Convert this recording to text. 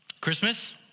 Christmas